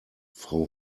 frau